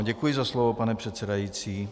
Děkuji za slovo, pane předsedající.